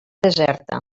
deserta